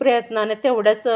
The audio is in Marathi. प्रयत्नाने तेवढ्याच